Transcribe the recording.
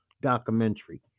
documentary